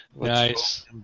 nice